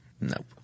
Nope